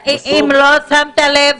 אם לא שמת לב,